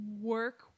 work